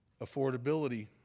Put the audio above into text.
affordability